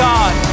God